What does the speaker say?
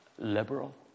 Liberal